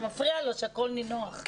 זה מפריע לו שהכול נינוח.